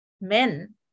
men